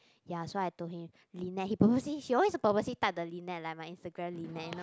ya so I told him Lynette he purposely he always purposely type the Leanette like my Instagram Lynette you know